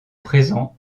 présents